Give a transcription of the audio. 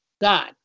God